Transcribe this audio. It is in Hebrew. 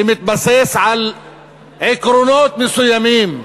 שמתבסס על עקרונות מסוימים,